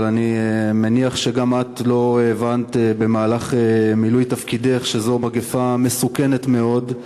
אבל אני מניח שגם את לא הבנת במהלך מילוי תפקידך שזאת מגפה מסוכנת מאוד.